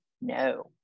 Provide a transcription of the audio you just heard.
no